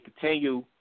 continue